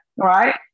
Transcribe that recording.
right